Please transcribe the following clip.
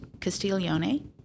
Castiglione